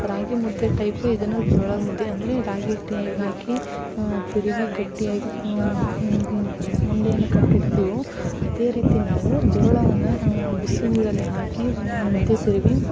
ರಾಗಿ ಮುದ್ದೆ ಟೈಪೆ ಇದನ್ನು ಜೋಳದ ಮುದ್ದೆ ಅಂದರೆ ರಾಗಿ ಹಿಟ್ಟು ಹೇಗೆ ಹಾಕಿ ತಿರುವಿ ಗಟ್ಟಿಯಾಗಿ ಉಂಡೆಯನ್ನು ಕಟ್ಟಿಡ್ತೀವೋ ಅದೇ ರೀತಿ ನಾವು ಜೋಳವನ್ನು ಬಿಸಿ ನೀರಲ್ಲಿ ಹಾಕಿ ಮುದ್ದೆ ತಿರುವಿ